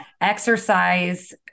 exercise